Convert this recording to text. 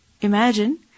Imagine